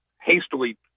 hastily